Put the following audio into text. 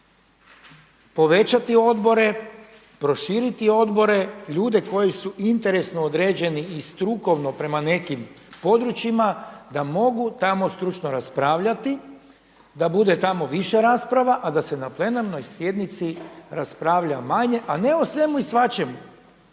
Povećati odbore, proširiti odbore, ljude koji su interesno određeni i strukovno prema nekim područjima da mogu tamo stručno raspravljati, da bude tamo više rasprava a da se na plenarnoj sjednici raspravlja manje a ne o svemu i svačemu.